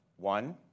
One